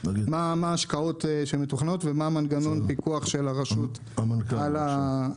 מה ההשקעות שמתוכננות ומה מנגנון הפיקוח של הרשות על זה.